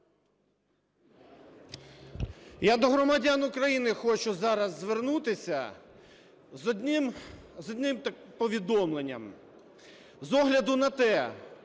Я до громадян України хочу зараз звернутися з одним повідомленням. З огляду на те,